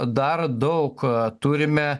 dar daug turime